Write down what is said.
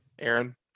Aaron